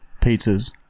pizzas